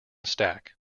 stack